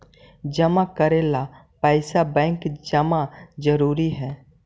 जमा करे ला पैसा बैंक जाना जरूरी है?